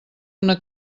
una